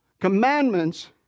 commandments